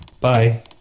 Bye